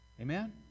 Amen